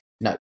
No